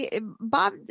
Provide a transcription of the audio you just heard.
bob